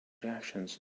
reactions